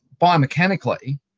biomechanically